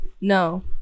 No